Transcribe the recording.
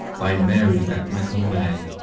by mary that mykel may,